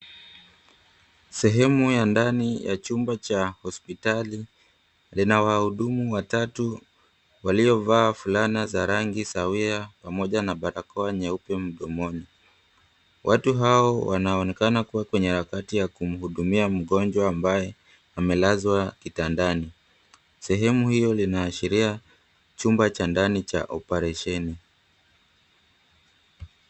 Sehemu ya ndani ya chumba cha hospitali lina wahudumu watatu waliovaa fulana za rangi sawia pamoja na barakoa nyeupe mdomoni. Watu hao wanaonekana kuwa kwenye harakati ya kumhudumia mgonjwa ambaye amelazwa kitandani. Sehemu hio linaashiria chumba cha ndani cha oparesheni.